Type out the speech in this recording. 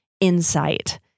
insight